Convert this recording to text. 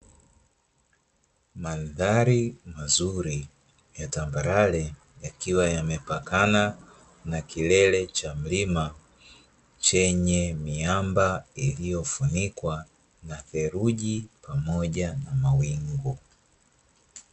Mandhari mazuri ya tambalale yakiwa yamepakana na kilele cha mlima, chenye miamba iliyofunikwa na theluji, pamoja na mawingu.